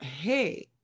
hey